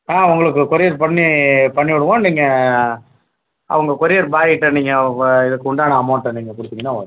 ஆ உங்களுக்கு கொரியர் பண்ணி பண்ணிவிடுவோம் நீங்கள் அவங்க கொரியர் பாய் கிட்ட நீங்கள் இதுக்குண்டான அமௌண்ட்டை நீங்கள் கொடுத்தீங்கன்னா ஓகே